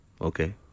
okay